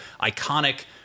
iconic